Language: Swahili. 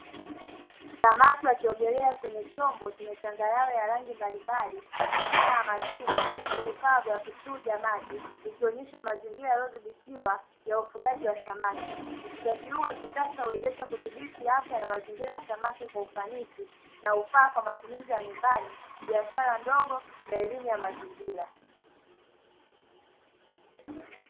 Samaki wakiogelea kwenye chombo chenye changarawe ya rangi mbalimbali. Mimea ya majini na vifaa vya kuchuja maji, ikionyesha mazingira yaliyodhibitiwa ya ufugaji wa samaki. Ufugaji huu wa kisasa huwezesha kudhibiti afya na mazingira ya samaki kwa ufanisi na hufaa kwa matumizi ya nyumbani, biashara ndogo na elimu ya mazingira.